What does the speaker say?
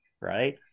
right